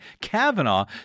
Kavanaugh